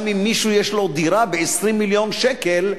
אם מישהו שיש לו דירה ב-20 מיליון שקל,